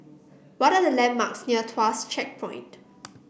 what are the landmarks near Tuas Checkpoint